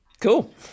cool